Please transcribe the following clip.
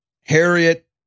Harriet